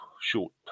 short